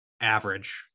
average